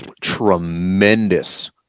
tremendous